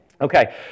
Okay